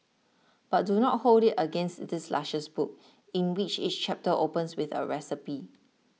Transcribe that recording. but do not hold it against this luscious book in which each chapter opens with a recipe